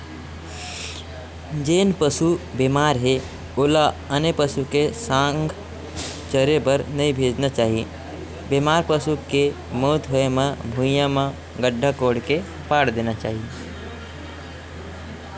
जेन पसु बेमार हे ओला आने पसु के संघ चरे बर नइ भेजना चाही, बेमार पसु के मउत होय म भुइँया म गड्ढ़ा कोड़ के पाट देना चाही